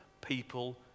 people